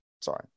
Sorry